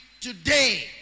today